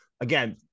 again